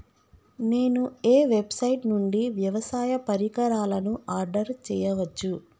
నేను ఏ వెబ్సైట్ నుండి వ్యవసాయ పరికరాలను ఆర్డర్ చేయవచ్చు?